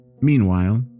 Meanwhile